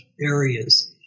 areas